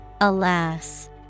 Alas